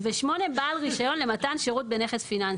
ו-(8) בעל רישיון למתן שירות בנכס פיננסי.